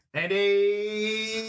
Andy